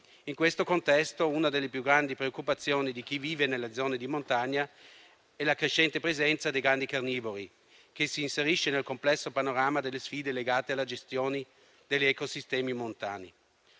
In questo contesto, una delle più grandi preoccupazioni di chi vive nelle zone di montagna è la crescente presenza dei grandi carnivori, che si inserisce nel complesso panorama delle sfide legate alla gestione degli ecosistemi montani.